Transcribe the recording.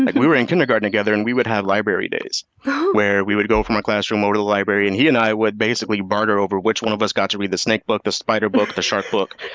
and we were in kindergarten and we would have library days where we would go from our classroom over to the library and he and i would basically barter over which one of us got to read the snake book, the spider book, the shark book.